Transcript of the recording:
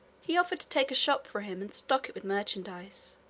he offered to take a shop for him and stock it with merchandise.